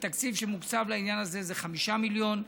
התקציב שמוקצב לעניין הזה זה 5 מיליון,